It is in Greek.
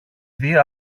δει